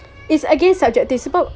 is again subjective sebab